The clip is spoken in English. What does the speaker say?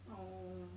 orh